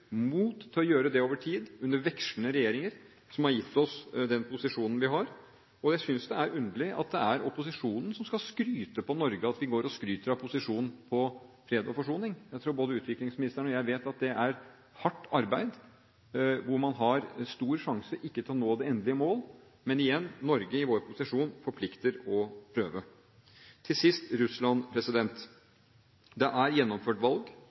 mot til å gjøre dette over tid – under vekslende regjeringer – som har gitt oss den posisjonen vi har. Jeg synes det er underlig at det er opposisjonen som skal skryte på Norge at vi går og skryter av posisjonen med hensyn til fred og forsoning – jeg tror både utviklingsministeren og jeg vet at det er hardt arbeid, hvor man har stor risiko for ikke å nå det endelige målet. Men igjen, Norge, i sin posisjon, plikter å prøve. Til sist til Russland. Det er gjennomført valg.